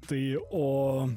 tai o